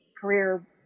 career